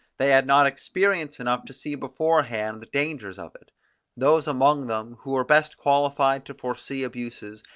they had not experience enough to see beforehand the dangers of it those among them, who were best qualified to foresee abuses,